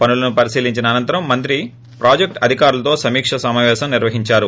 పనులను పరిశీలించిన అనంతరం మంత్రి ప్రాజెక్ట్ అధికారులతో సమీక్ష సమాపేశం నిర్వహించారు